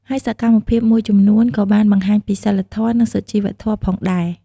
ហើយសកម្មភាពមួយចំនួនក៏បានបង្ហាញពីសីលធម៌ និងសុជីវធម៌ផងដែរ។